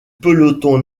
peloton